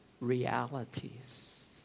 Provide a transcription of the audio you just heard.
Realities